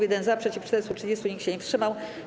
1 - za, przeciw - 430, nikt się nie wstrzymał.